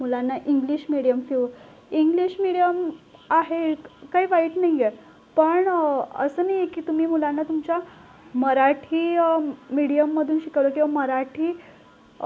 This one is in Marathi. मुलांना इंग्लिश मीडियम इंग्लिश मीडियम आहे काही वाईट नाही आहे पण असं नाही आहे की तुम्ही मुलांना तुमच्या मराठी मीडियममधून शिकवलं किंवा मराठी